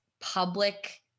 public